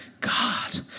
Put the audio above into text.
God